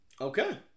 Okay